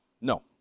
no